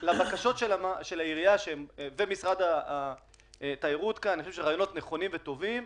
לבקשות של העירייה ומשרד התיירות הם רעיונות נכונים וטובים.